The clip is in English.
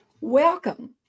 Welcome